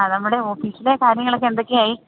ആ നമ്മുടെ ഓഫീസിലെ കാര്യങ്ങളൊക്കെ എന്തൊക്കെയായി